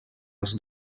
els